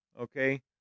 okay